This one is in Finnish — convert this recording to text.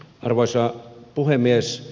arvoisa puhemies